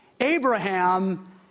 Abraham